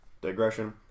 digression